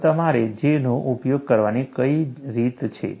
તો તમારે J નો ઉપયોગ કરવાની કઈ રીત છે